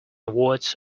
words